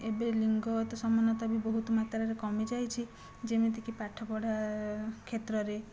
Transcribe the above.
ଏବେ ଲିଙ୍ଗଗତ ସମାନତା ବି ବହୁତ ମାତ୍ରାରେ କମିଯାଇଛି ଯେମିତିକି ପାଠପଢ଼ା କ୍ଷେତ୍ରରେ